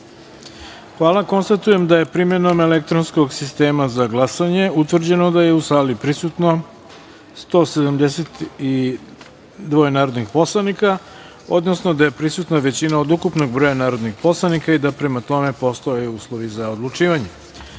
jedinice. Hvala. Konstatujem da je primenom elektronskog sistema za glasanje utvrđeno da je u sali prisutno 172 narodnih poslanika, odnosno da je prisutna većina od ukupnog broja narodnih poslanika i da, prema tome, postoje uslovi za odlučivanje. Prelazimo